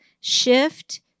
shift